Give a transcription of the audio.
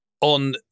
on